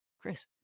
Chris